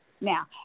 Now